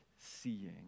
seeing